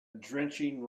drenching